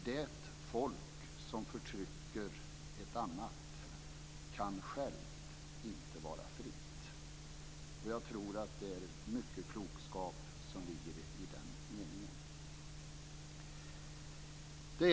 Det folk som förtrycker ett annat kan självt inte vara fritt. Jag tror att det ligger mycket klokskap i den meningen.